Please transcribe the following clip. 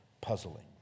puzzling